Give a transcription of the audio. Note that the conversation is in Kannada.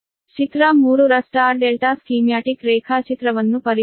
ಚಿತ್ರ 3 ರ ನಕ್ಷತ್ರ ಡೆಲ್ಟಾ ಸ್ಕೀಮ್ಯಾಟಿಕ್ ರೇಖಾಚಿತ್ರವನ್ನು ಪರಿಗಣಿಸಿ